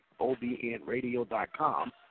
obnradio.com